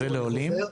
ולעולים?